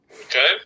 Okay